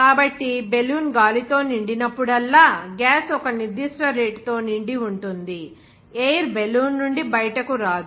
కాబట్టి బెలూన్ గాలితో నిండినప్పుడల్లా గ్యాస్ ఒక నిర్దిష్ట రేటు తో నిండి ఉంటుంది ఎయిర్ బెలూన్ నుండి బయటకు రాదు